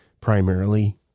primarily